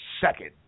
second